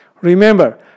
Remember